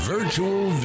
Virtual